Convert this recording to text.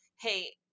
hey